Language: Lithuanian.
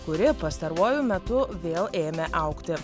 kuri pastaruoju metu vėl ėmė augti